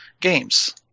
games